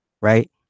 right